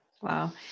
Wow